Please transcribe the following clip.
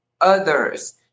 others